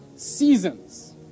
seasons